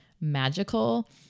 magical